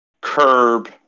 curb